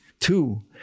Two